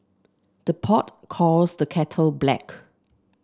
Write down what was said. the pot calls the kettle black